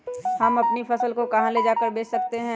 हम अपनी फसल को कहां ले जाकर बेच सकते हैं?